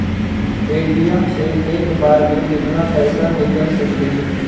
ATM से एक बार मे केतना पैसा निकल सकले हे?